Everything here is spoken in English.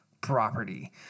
property